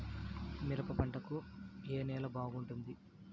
మిరప పంట కు ఏ నేల బాగుంటుంది?